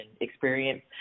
experience